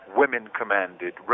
women-commanded